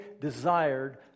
desired